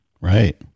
right